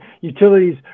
utilities